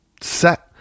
Set